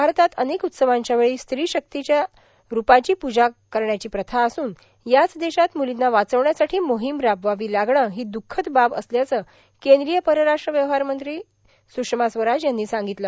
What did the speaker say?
भारतात अनेक उत्सवांच्या वेळी स्त्रीच्या शक्ती रूपाची प्जा करण्याची प्रथा असून याच देशात मूलींना वाचवण्यासाठी मोहिम राबवावी लागणं ही द्रःखद बाब असल्याचं केंद्रीय परराष्ट्र व्यवहार मंत्री सृषमा स्वराज यांनी सांगितलं